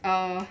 err